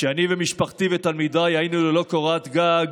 כשאני ומשפחתי ותלמידיי היינו ללא קורת גג,